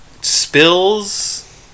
spills